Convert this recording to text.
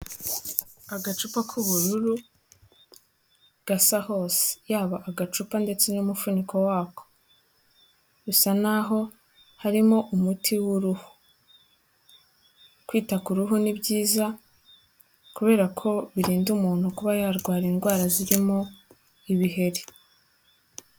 Agacupa k'ubururu gasa hose, yaba agacupa ndetse n'umufuniko wako, bisa naho harimo umuti w' uruhu. Kwita ku ruhu ni byiza kubera ko birinda umuntu kuba yarwara indwara zirimo ibiheri.